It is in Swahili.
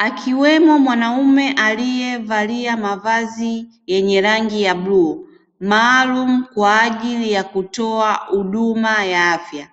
Akiwemo mwanaume aliyevalia mavazi yenye rangi ya bluu maalumu kwa ajili ya kutoa huduma ya afya,